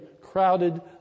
crowded